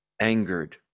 angered